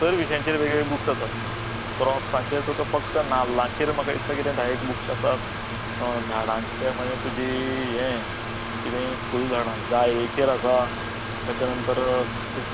दर विशयांचेर वेगवेगळे बूक्स आसात क्रोप्सांचेर तुका फक्त नाल्लांचेर म्हाका दिसता धायेक बूक्स आसात झाडांच्या म्हळ्यार तुजी यें कितें फूल झाडां जायेचेर आसा ताज्या नंतर